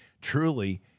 truly